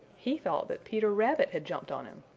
he thought that peter rabbit had jumped on him.